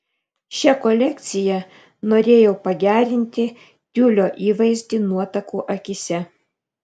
šia kolekcija norėjau pagerinti tiulio įvaizdį nuotakų akyse